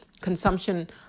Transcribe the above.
consumption